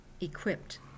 equipped